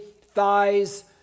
thighs